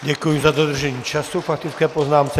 Děkuji za dodržení času k faktické poznámce.